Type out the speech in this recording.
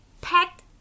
packed